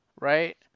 right